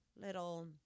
little